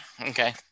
Okay